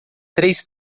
três